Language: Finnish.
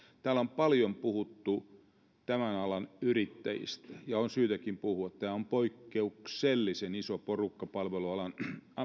täällä on paljon puhuttu tämän alan yrittäjistä ja on syytäkin puhua tämä on poikkeuksellisen iso porukka palvelualan